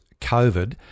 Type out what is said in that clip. COVID